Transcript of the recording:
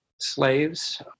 Slaves